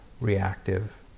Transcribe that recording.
reactive